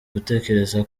gutekereza